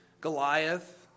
Goliath